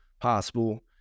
possible